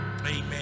amen